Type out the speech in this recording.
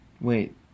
Wait